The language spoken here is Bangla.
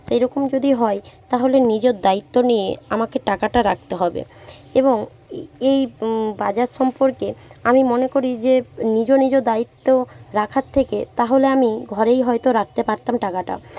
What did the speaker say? সেইরকম যদি হয় তাহলে নিজের দায়িত্ব নিয়ে আমাকে টাকাটা রাখতে হবে এবং এই এই বাজার সম্পর্কে আমি মনে করি যে নিজ নিজ দায়িত্ব রাখার থেকে তাহলে আমি ঘরেই হয়তো রাখতে পারতাম টাকাটা